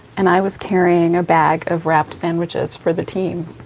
and i was carrying a bag of wrapped sandwiches for the team,